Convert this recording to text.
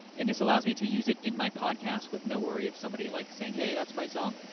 and this allows me to use it in my podcast with no worry of somebody like saying, hey, that's my song.